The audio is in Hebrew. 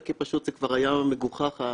אני לא בוחר.